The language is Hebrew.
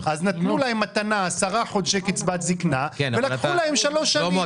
אז נתנו להן מתנה עשרה חודשי קצבת זקנה ולקחו להן שלוש שנים.